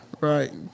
Right